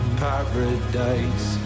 paradise